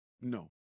no